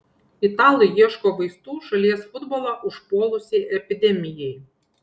italai ieško vaistų šalies futbolą užpuolusiai epidemijai